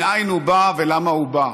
מאין הוא בא ולמה הוא בא.